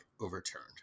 overturned